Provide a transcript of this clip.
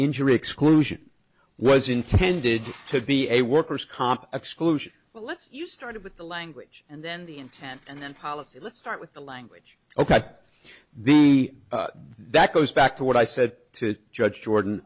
injury exclusion was intended to be a worker's comp exclusion but let's you started with the language and then the intent and then policy let's start with the language ok the that goes back to what i said to judge jordan